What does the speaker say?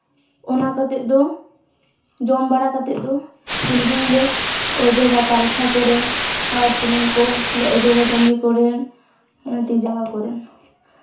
ᱚᱱᱟ ᱠᱟᱛᱮᱫ ᱫᱚ ᱡᱚᱢ ᱵᱟᱲᱟ ᱠᱟᱛᱮᱫ ᱫᱚ ᱛᱤᱞᱢᱤᱧᱞᱮ ᱚᱡᱚᱜᱟ ᱛᱟᱞᱠᱷᱟ ᱠᱚᱨᱮ ᱟᱨ ᱥᱩᱱᱩᱢ ᱠᱚᱞᱮ ᱚᱡᱚᱜᱟ ᱪᱟᱺᱫᱤ ᱠᱚᱨᱮᱫ ᱛᱤᱼᱡᱟᱸᱜᱟ ᱠᱚᱨᱮᱫ